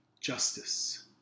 justice